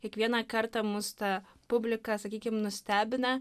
kiekvieną kartą mus ta publika sakykim nustebina